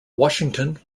washington